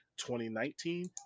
2019